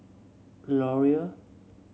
L'Oreal